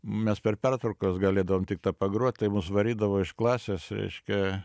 mes per pertraukas galėdavom tik tą pagrot tai mus varydavo iš klasės reiškia